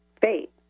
fate